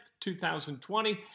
2020